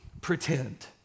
pretend